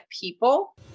people